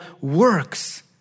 works